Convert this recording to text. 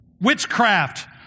witchcraft